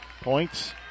points